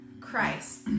Christ